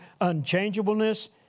unchangeableness